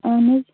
اَہَن حظ